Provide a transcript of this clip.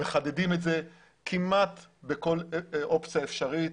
מחדדים את זה כמעט בכל אופציה אפשרית,